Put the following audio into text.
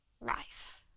life